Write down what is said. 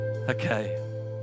Okay